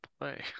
play